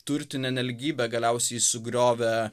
turtinė nelygybė galiausiai sugriovė